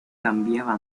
cambiaba